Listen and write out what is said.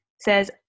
says